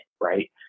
right